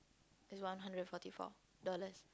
is one hundred and forty four dollars